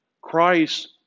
Christ